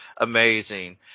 amazing